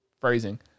phrasing